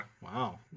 wow